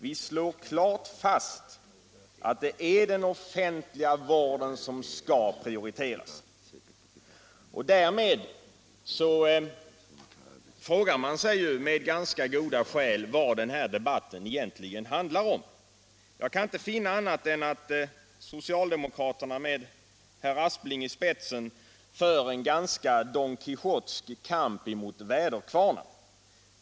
Vi slår klart fast att det är den offentliga vården som skall prioriteras. Därmed frågar man sig med ganska goda skäl vad denna debatt egentligen handlar om. Jag kan inte finna annat än att socialdemokraterna med herr Aspling i spetsen för en ganska Don Quijotsk kamp mot väderkvarnar.